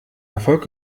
erfolg